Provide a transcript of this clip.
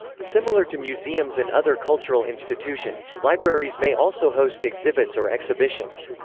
similar to museums and other cultural institutions, libraries may also host exhibits or exhibitions.